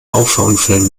auffahrunfällen